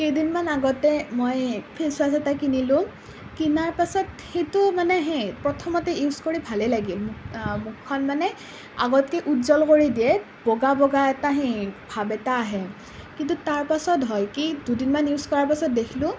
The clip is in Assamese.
কেইদিনমান আগতে মই ফেচৱাছ এটা কিনিলোঁ কিনাৰ পাছত সেইটো মানে সেই প্ৰথমতে ইউজ কৰি ভালেই লাগিল মুখখন মানে আগতকৈ উজ্জ্বল কৰি দিয়ে বগা বগা এটা হেই ভাৱ এটা আহে কিন্তু তাৰ পাছত হয় কি দুদিনমান ইউজ কৰাৰ পাছত দেখিলোঁ